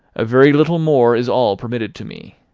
a very little more is all permitted to me.